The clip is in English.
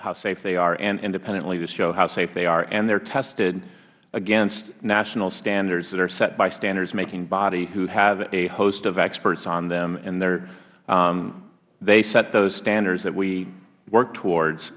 how safe they are and independently to show how safe they are and they are tested against national standards that are set by standards making body who have a host of experts on them and they set those standards that we work towards